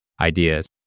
ideas